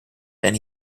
then